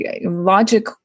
logic